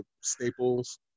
staples